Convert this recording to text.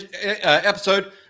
episode